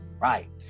Right